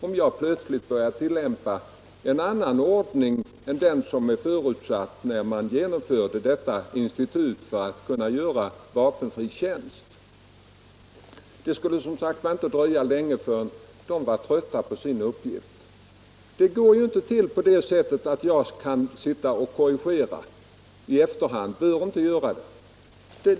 Om jag plötsligt skulle börja tillämpa en annan ordning än den som förutsattes när man inrättade detta institut tror jag inte att det skulle dröja länge förrän nämndens ledamöter skulle ha tröttnat på uppgiften. Det bör inte gå till på det sättet att jag sitter i efterhand och korrigerar nämndens beslut.